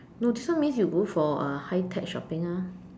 no this one means you go for uh high tech shopping ah